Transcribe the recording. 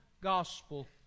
gospel